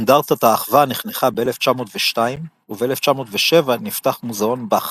אנדרטת האחווה נחנכה ב-1902 וב-1907 נפתח מוזיאון באך.